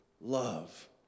love